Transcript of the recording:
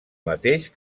mateix